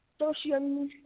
social